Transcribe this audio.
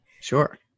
Sure